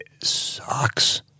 sucks